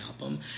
album